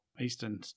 Eastern